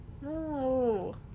No